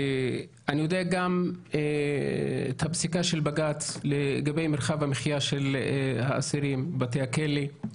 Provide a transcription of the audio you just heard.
אני יודע גם את הפסיקה של בג"ץ לגבי מרחב המחיה של האסירים בבתי הכלא.